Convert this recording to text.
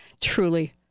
truly